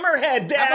Dad